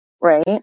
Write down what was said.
Right